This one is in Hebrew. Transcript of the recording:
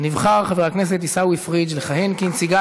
חבר הכנסת עיסאווי פריג' נבחר לכהן כנציגה